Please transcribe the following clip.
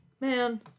Man